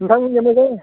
नोंथांमोननि ना बे